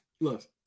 Look